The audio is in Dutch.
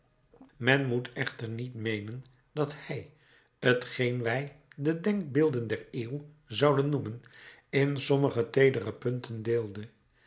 men moet echter niet meenen dat hij t geen wij de denkbeelden der eeuw zouden noemen in sommige teedere punten deelde